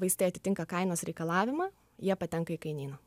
vaistai atitinka kainos reikalavimą jie patenka į kainyną